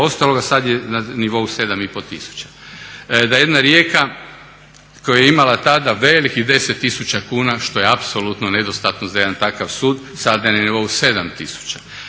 ostaloga sad je na nivou 7 i pol tisuća. Da jedna Rijeka koja je imala tada velikih 10000 kuna što je apsolutno nedostatno za jedan takav sud sa je na nivou 7 000.